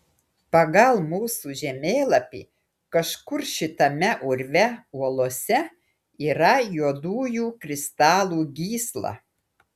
pagal mūsų žemėlapį kažkur šitame urve uolose yra juodųjų kristalų gysla